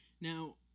Now